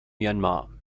myanmar